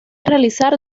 realizar